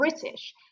british